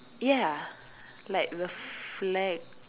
ya like the flag